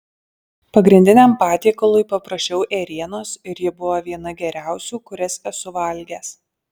pagrindiniam patiekalui paprašiau ėrienos ir ji buvo viena geriausių kurias esu valgęs